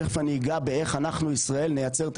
תיכף אני אגע באיך אנחנו ישראל נייצר את